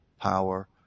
power